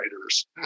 writers